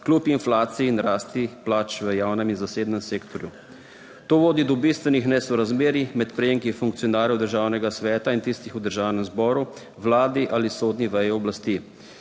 kljub inflaciji in rasti plač v javnem in zasebnem sektorju. To vodi do bistvenih nesorazmerij med prejemki funkcionarjev državnega sveta in tistih v državnem zboru, vladi ali sodni veji oblasti.